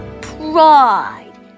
pride